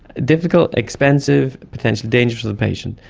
difficult, expensive, potentially dangerous for the patient.